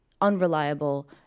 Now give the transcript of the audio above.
unreliable